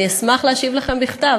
אני אשמח להשיב לכם בכתב.